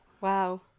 Wow